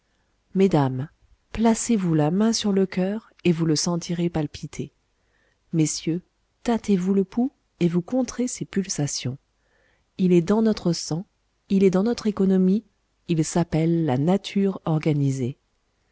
mesdames placez-vous la main sur le coeur et vous le sentirez palpiter messieurs tâtez vous le pouls et vous compterez ses pulsations il est dans notre sang il est dans notre économie il s'appelle la nature organisée